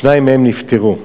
שניים נפטרו.